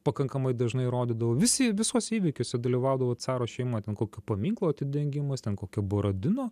pakankamai dažnai rodydavo visi visuose įvykiuose dalyvaudavo caro šeima ten kokių paminklų atidengimas ten kokio borodino